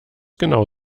genau